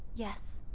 yes.